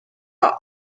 are